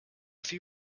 few